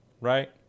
right